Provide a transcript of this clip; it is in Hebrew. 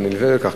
והנלווה לכך,